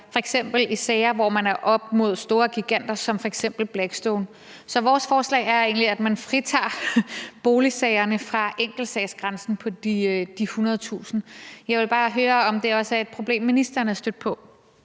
f.eks. i sager, hvor man er oppe imod store giganter som f.eks. Blackstone. Så vores forslag er egentlig, at man fritager boligsagerne fra enkeltsagsgrænsen på de 100.000 kr. Jeg vil bare høre, om det også er et problem, ministeren er stødt på.